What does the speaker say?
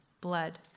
blood